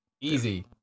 Easy